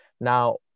now